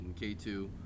K2